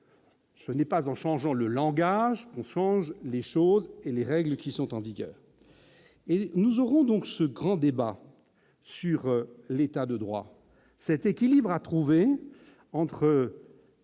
Ce n'est pas en changeant les mots que l'on changera les choses et les règles en vigueur ! Nous aurons donc un grand débat sur l'État de droit, sur l'équilibre à trouver entre